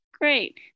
Great